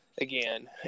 again